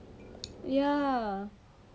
ya